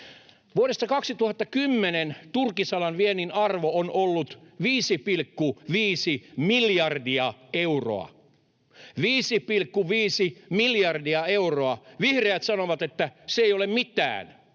Vuodesta 2010 turkisalan viennin arvo on ollut 5,5 miljardia euroa. 5,5 miljardia euroa. Vihreät sanovat, että se ei ole mitään.